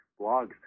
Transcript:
blogs